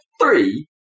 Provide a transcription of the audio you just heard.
three